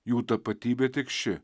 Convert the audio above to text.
jų tapatybė tik ši